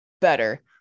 better